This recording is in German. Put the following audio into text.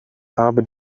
habe